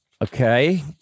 Okay